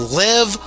live